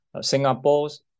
Singapore's